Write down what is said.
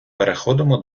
переходимо